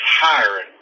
hiring